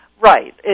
Right